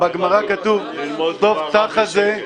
גמרא צריך ללמוד בשקט.